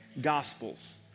Gospels